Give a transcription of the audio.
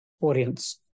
audience